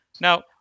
Now